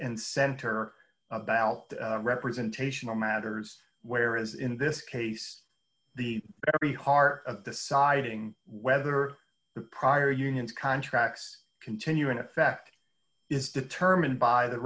and center about representational matters whereas in this case the bihar of deciding whether the prior union contracts continue in effect is determined by the